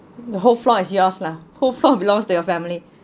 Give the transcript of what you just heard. the whole floor is yours lah who belongs to family